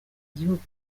gihugu